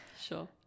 Sure